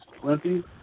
plenty